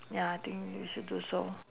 ya I think you should do so